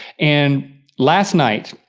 and last night,